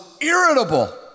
irritable